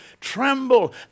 tremble